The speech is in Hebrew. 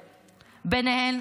ביניהן,